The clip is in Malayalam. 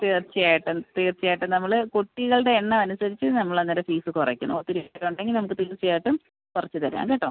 തീർച്ചയായിട്ടും തീർച്ചയായിട്ടും നമ്മൾ കുട്ടികളുടെ എണ്ണം അനുസരിച്ച് നമ്മൾ അന്നേരം ഫീസ് കുറയ്ക്കും ഒത്തിരി പേർ ഉണ്ടെങ്കിൽ നമുക്ക് തീർച്ചയായിട്ടും കുറച്ച് തരാം കേട്ടോ